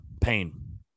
pain